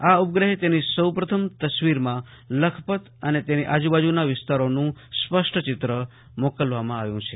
આ ઉપશ્રહે તેની સૌ પ્રથમ તસ્વીરમાં લખપત અને આજુબાજુના વિસ્તારોનું સ્પષ્ટ ચિત્ર મોકલવામાં આવ્યું છે